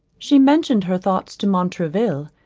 she mentioned her thoughts to montraville.